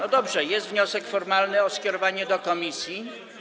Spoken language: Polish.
No dobrze, jest wniosek formalny o skierowanie do komisji.